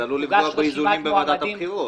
עלול לפגוע באיזונים בוועדת הבחירות.